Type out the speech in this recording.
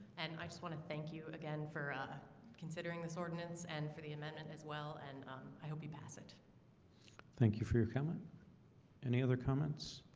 and i just want to thank you again for considering this ordinance and for the amendment as well, and i hope you pass it thank you for your coming any other comments?